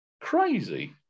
crazy